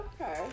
okay